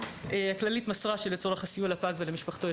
הכללית מסרה שלצורך הסיוע לפג ולמשפחתו,